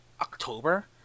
October